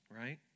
right